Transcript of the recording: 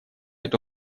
эту